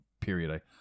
period